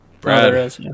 Brad